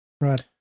right